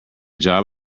job